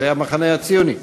זה המחנה הציוני,